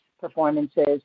performances